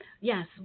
Yes